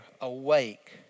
awake